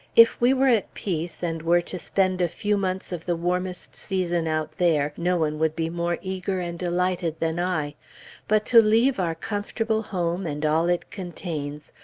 if we were at peace, and were to spend a few months of the warmest season out there, none would be more eager and delighted than i but to leave our comfortable home, and all it contains,